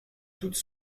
toutes